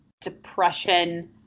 Depression